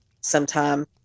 sometime